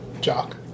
Jock